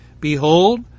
Behold